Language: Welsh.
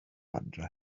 adre